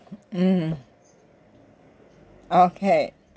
mmhmm okay